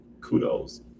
kudos